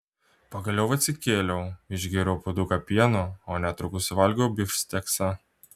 pagaliau atsikėliau išgėriau puoduką pieno o netrukus suvalgiau bifšteksą